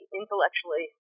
intellectually